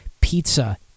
pizza